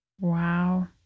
Wow